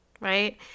right